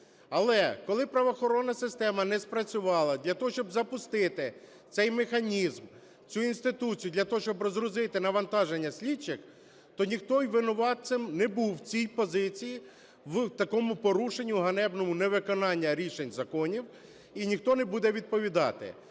Але, коли правоохоронна система не спрацювала, для того щоб запустити цей механізм, цю інституцію, для того, щоб розгрузити навантаження слідчих, то ніхто і винуватцем не був в цій позиції в такому порушенню ганебному невиконання рішень законів, і ніхто не буде відповідати.